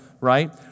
right